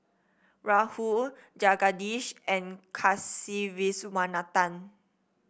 Rahul Jagadish and Kasiviswanathan